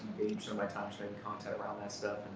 so my time spinning content around that stuff